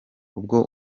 ubwo